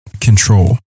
control